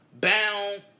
bound